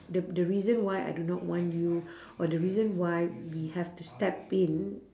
the the reason why I do not want you or the reason why we have to step in